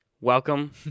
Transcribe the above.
welcome